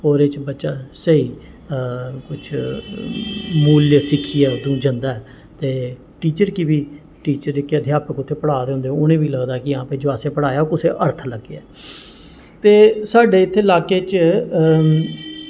ओह्दे च बच्चा स्हेई कुछ मूल्य सिक्खियै उत्थूं जंदा ऐ ते टीचर गी बी टीचर जेह्के अध्यापक उत्थें पढ़ा दे होंदे उ'नेंगी बी लगदा कि हां भाई जो असें पढ़ाया ओह् कुसै अर्थ लग्गेआ ऐ ते साढ़े इत्थें लाह्के च